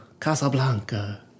Casablanca